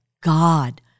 God